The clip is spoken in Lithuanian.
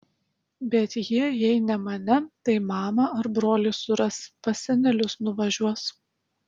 bet jie jei ne mane tai mamą ar brolį suras pas senelius nuvažiuos